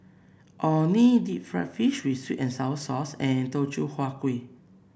Orh Nee Deep Fried Fish with sweet and sour sauce and Teochew Huat Kueh